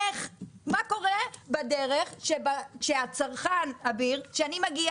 אז מה קורה בדרך שגורם לצרכן לשלם